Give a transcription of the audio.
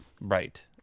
Right